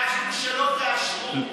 ביקשנו שלא תאשרו.